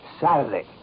Saturday